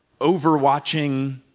overwatching